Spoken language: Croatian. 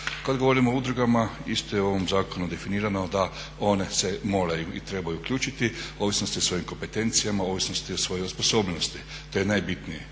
Kad govorimo o udrugama isto je u ovom zakonu definirano da one se moraju i trebaju uključiti, ovisno o svojim kompetencijama, ovisno o svojoj osposobljenosti, to je najbitnije.